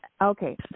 Okay